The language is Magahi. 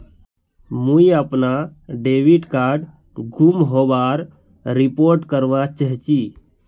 मुई अपना डेबिट कार्ड गूम होबार रिपोर्ट करवा चहची